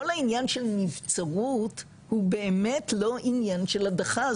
כל העניין של נבצרות הוא באמת לא עניין של הדחה,